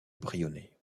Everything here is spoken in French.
brionnais